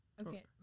Okay